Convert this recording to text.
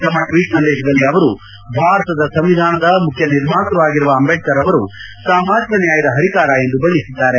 ತಮ್ಮ ಟ್ವೀಟ್ ಸಂದೇಶದಲ್ಲಿ ಅವರು ಭಾರತದ ಸಂವಿಧಾನದ ಮುಖ್ಯ ನಿರ್ಮಾತ್ಯ ಆಗಿರುವ ಅಂಬೇಡ್ಕರ್ ಅವರು ಸಾಮಾಜಿಕ ನ್ಯಾಯದ ಹರಿಕಾರ ಎಂದು ಬಣ್ಣೆಸಿದ್ದಾರೆ